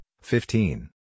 fifteen